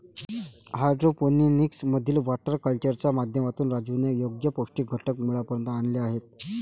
hydroponics मधील water कल्चरच्या माध्यमातून राजूने योग्य पौष्टिक घटक मुळापर्यंत आणले आहेत